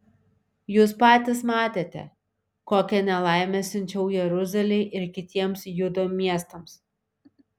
jūs patys matėte kokią nelaimę siunčiau jeruzalei ir kitiems judo miestams